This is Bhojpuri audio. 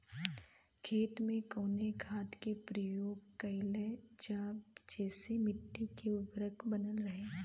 खेत में कवने खाद्य के प्रयोग कइल जाव जेसे मिट्टी के उर्वरता बनल रहे?